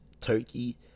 turkey